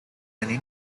any